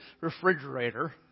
refrigerator